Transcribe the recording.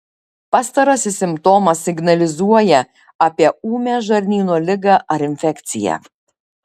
pastarasis simptomas signalizuoja apie ūmią žarnyno ligą ar infekciją